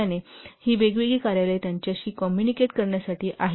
तर ही वेगवेगळी कार्यालये त्यांच्याशी कॉम्युनिकेट करण्यासाठी आहेत